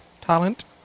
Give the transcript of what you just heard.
talent